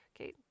Okay